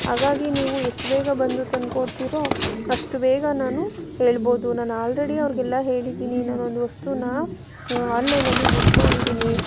ಹಾಗಾಗಿ ನೀವು ಎಷ್ಟು ಬೇಗ ಬಂದು ತಂದ್ಕೊಡ್ತಿರೋ ಅಷ್ಟು ಬೇಗ ನಾನು ಹೇಳ್ಬೋದು ನಾನು ಆಲ್ರೆಡಿ ಅವ್ರಿಗೆಲ್ಲ ಹೇಳಿದ್ದೀನಿ ನಾನೊಂದು ವಸ್ತುನ ಆನ್ಲೈನಲ್ಲಿ ಬುಕ್ ಮಾಡಿದ್ದೀನಿ